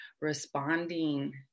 responding